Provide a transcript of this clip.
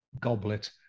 goblet